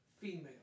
female